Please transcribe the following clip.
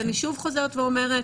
ואני שוב חוזרת ואומרת,